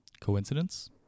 Coincidence